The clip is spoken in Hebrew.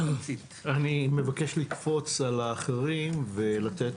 אני מבקש לקפוץ על האחרים ולתת